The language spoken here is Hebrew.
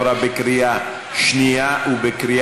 נתקבל.